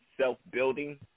self-building